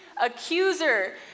Accuser